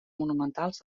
monumentals